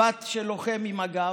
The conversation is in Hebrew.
בת של לוחם ממג"ב,